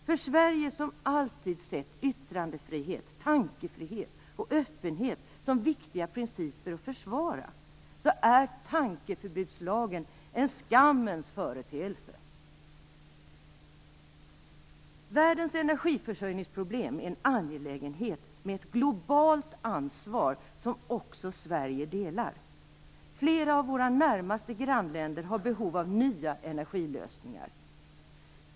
För Sverige, som alltid sett yttrandefrihet, tankefrihet och öppenhet som viktiga principer att försvara, är tankeförbudslagen en skammens företeelse. Världens energiförsörjningsproblem är en angelägenhet förknippad med ett globalt ansvar som också Sverige delar. Flera av våra närmaste grannländer har behov av nya energilösningar.